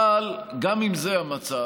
אבל גם אם זה המצב,